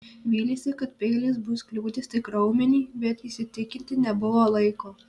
vylėsi kad peilis bus kliudęs tik raumenį bet įsitikinti nebuvo laiko